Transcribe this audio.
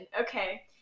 Okay